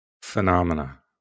phenomena